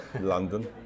London